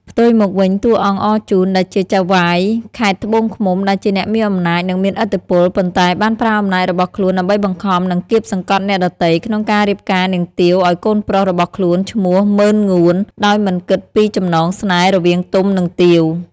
ផ្ទុយមកវិញ តួអង្គអរជូន ដែលជាចៅហ្វាយខេត្តត្បូងឃ្មុំ ដែលជាអ្នកមានអំណាច និងមានឥទ្ធិពល ប៉ុន្តែបានប្រើអំណាចរបស់ខ្លួនដើម្បីបង្ខំ និងកៀបសង្កត់អ្នកដទៃ ក្នុងការរៀបការនាងទាវឲ្យកូនប្រុសរបស់ខ្លួនឈ្មោះ ម៉ឺនងួន ដោយមិនគិតពីចំណងស្នេហ៍រវាងទុំ និងទាវ។